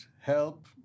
help